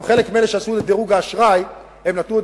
גם חלק מאלה שעשו את דירוג האשראי נתנו את